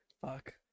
Fuck